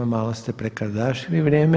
Malo ste prekrdašili vrijeme.